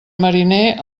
mariner